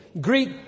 greet